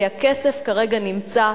כי הכסף כרגע נמצא,